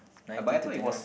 nineteen to twenty one